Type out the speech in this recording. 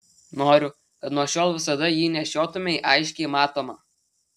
noriu kad nuo šiol visada jį nešiotumei aiškiai matomą